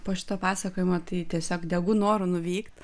po šito pasakojimo tai tiesiog degu noru nuvykt